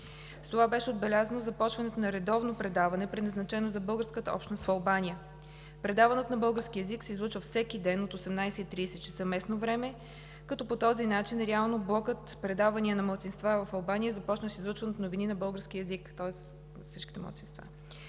С това беше отбелязано започването на редовно предаване, предназначено за българската общност в Албания. Предаването на български език се излъчва всеки ден от 18,30 ч. местно време, като по този начин реално блокът предавания на малцинства в Албания започна с излъчването на новини на български език, тоест на всичките малцинства.